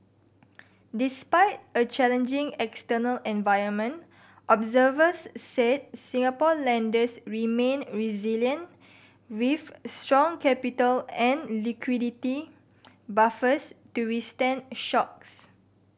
despite a challenging external environment observers said Singapore lenders remain resilient with strong capital and liquidity buffers to withstand shocks